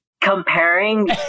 comparing